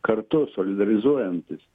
kartu solidarizuojantis